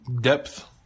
depth